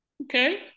Okay